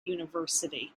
university